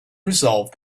resolved